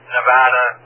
Nevada